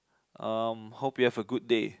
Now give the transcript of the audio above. um hope you have a good day